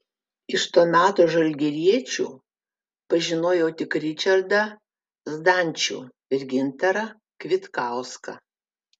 iš to meto žalgiriečių pažinojau tik ričardą zdančių ir gintarą kvitkauską